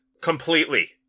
Completely